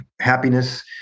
happiness